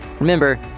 remember